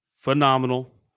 phenomenal